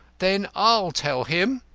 then i'll tell him.